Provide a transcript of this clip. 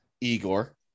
Igor